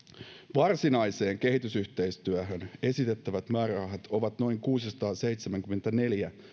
varsinaiseen kehitysyhteistyöhön esitettävät määrärahat ovat noin kuusisataaseitsemänkymmentäneljä